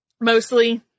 mostly